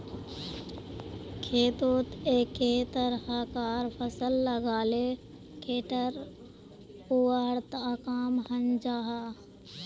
खेतोत एके तरह्कार फसल लगाले खेटर उर्वरता कम हन जाहा